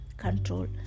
control